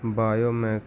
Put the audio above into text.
bio make